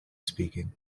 speaking